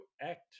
act